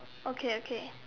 okay okay